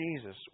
Jesus